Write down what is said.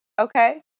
okay